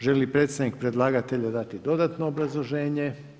Želi li predsjednik predlagatelja dati dodatno obrazloženje?